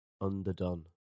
underdone